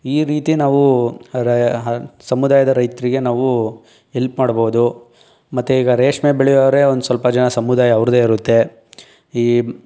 ಈ ರೀತಿ ನಾವು ಅರೆ ಸಮುದಾಯದ ರೈತರಿಗೆ ನಾವು ಹೆಲ್ಪ್ ಮಾಡ್ಬೌದು ಮತ್ತು ಈಗ ರೇಷ್ಮೆ ಬೆಳೆಯೋರೇ ಒಂದು ಸ್ವಲ್ಪ ಜನ ಸಮುದಾಯ ಅವ್ರದ್ದೇ ಇರುತ್ತೆ ಈ